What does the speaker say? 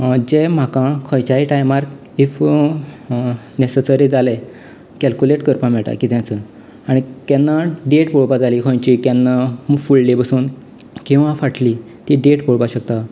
जे म्हाका खंयच्या टायमार इफ नेसेसरी जाले केलकूलेट करपाक मेळटा किदेंच आनी केन्नाय डेट पळोपाक जाली खंयची केन्ना फुडली पासून किंवा फाटली ती डेट पळोवपाक शकता